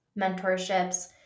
mentorships